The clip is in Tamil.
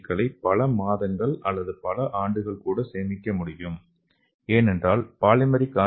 க்களை பல மாதங்கள் அல்லது பல ஆண்டுகளாக கூட சேமிக்க முடியும் ஏனென்றால் பாலிமெரிக் ஆர்